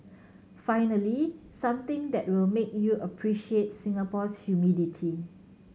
finally something that will make you appreciate Singapore's humidity